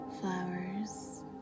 flowers